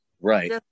Right